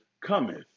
cometh